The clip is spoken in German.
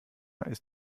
ist